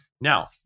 Now